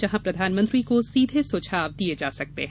जहां प्रधानमंत्री को सीधे सुझाव दिए जा सकते हैं